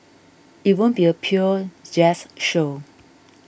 it won't be a pure jazz show